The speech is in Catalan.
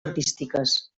artístiques